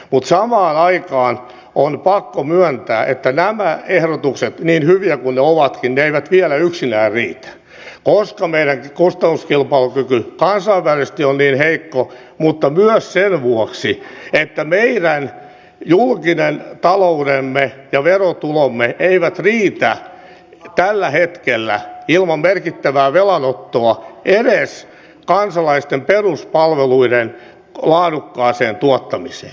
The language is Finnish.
mutta samaan aikaan on pakko myöntää että nämä ehdotukset niin hyviä kuin ne ovatkin eivät vielä yksinään riitä koska meidän kustannuskilpailukyky kansainvälisesti on niin heikko mutta myös sen vuoksi että meidän julkinen taloutemme ja verotulomme eivät riitä tällä hetkellä ilman merkittävää velanottoa edes kansalaisten peruspalveluiden laadukkaaseen tuottamiseen